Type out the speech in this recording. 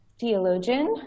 theologian